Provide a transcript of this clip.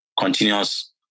Continuous